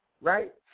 Right